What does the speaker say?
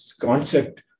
concept